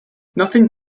nothing